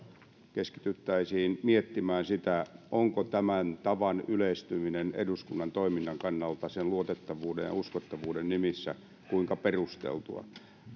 keskityttäisiin miettimään sitä onko tämän tavan yleistyminen eduskunnan toiminnan kannalta sen luotettavuuden ja uskottavuuden nimissä kuinka perusteltua